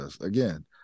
Again